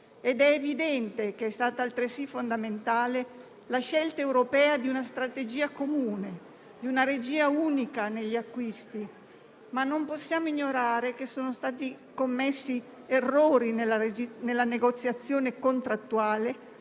È evidente che è stata altresì fondamentale la scelta europea di una strategia comune, di una regia unica negli acquisti, ma non possiamo ignorare che sono stati commessi errori nella negoziazione contrattuale